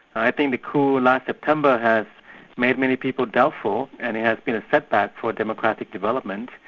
i think the coup last september has made many people doubtful, and it has been a setback for democratic development,